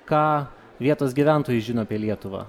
ką vietos gyventojai žino apie lietuvą